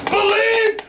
Believe